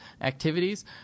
activities